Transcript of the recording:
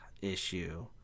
issue